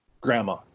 grandma